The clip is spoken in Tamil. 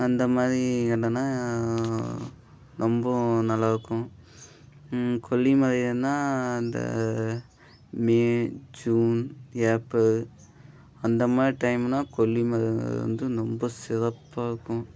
அந்த மாதிரி இடன்னா ரொம்ப நல்லாயிருக்கும் கொல்லி மலையின்னால் அந்த மே ஜூன் ஏப்ரல் அந்த மாதிரி டைமுன்னால் கொல்லி மலை வந்து ரொம்ப சிறப்பாக இருக்கும்